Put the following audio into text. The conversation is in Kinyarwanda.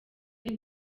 iri